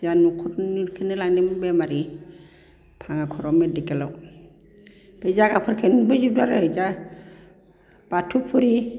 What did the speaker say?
जोंहा न'खरनिखौनो लांदोंमोन बेमारि भाङाघराव मेडिकेलाव ओमफ्राय जागाफोरखौ नुबोजोबदों आरो दा बाथौफुरि